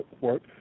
work